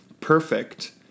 perfect